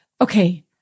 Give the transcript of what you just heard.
Okay